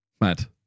Mad